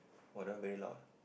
!wah! that one very loud ah